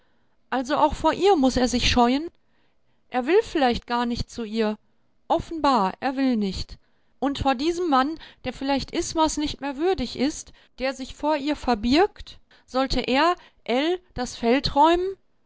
also auch vor ihr muß er sich scheuen er will vielleicht gar nicht zu ihr offenbar er will nicht und vor diesem mann der vielleicht ismas nicht mehr würdig ist der sich vor ihr verbirgt sollte er ell das feld räumen